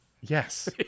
Yes